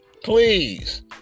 Please